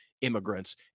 immigrants